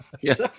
Yes